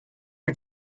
you